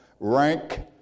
rank